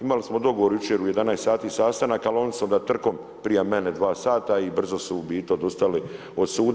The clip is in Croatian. Imali smo dogovor jučer u 11 sati sastanak, ali oni su onda trkom prije mene dva sata i brzo su u biti odustali od suda.